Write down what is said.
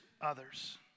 others